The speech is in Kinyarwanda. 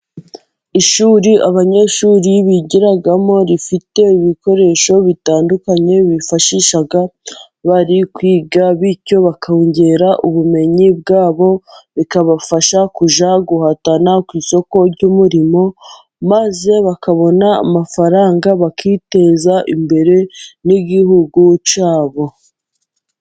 Ishuri abanyeshuri bigiramo rifite ibikoresho bitandukanye bifashisha bari kwiga. Bityo bakiyongera ubumenyi bwabo, bikabafasha kujya guhatana ku isoko ry'umurimo, maze bakabona amafaranga bakiteza imbere, n'igihugu cyabo.